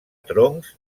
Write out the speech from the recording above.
troncs